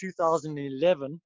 2011